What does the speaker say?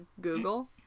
Google